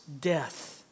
death